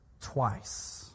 twice